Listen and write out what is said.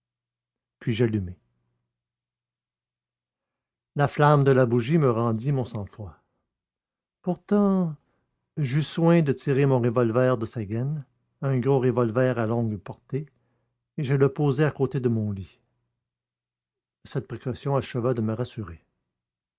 la flamme de la bougie me rendit mon sang-froid pourtant j'eus soin de tirer mon revolver de sa gaine un gros revolver à longue portée et je le posai à côté de mon lit cette précaution acheva de me rassurer